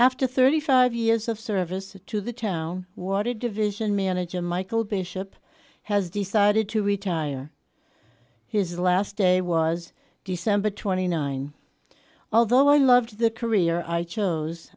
after thirty five years of service to to the town what a division manager michael bishop has decided to retire his last day was december twenty nine although i loved the career i chose